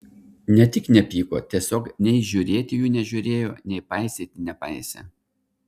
ne tik nepyko tiesiog nei žiūrėti jų nežiūrėjo nei paisyti nepaisė